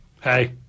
hey